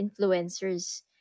influencers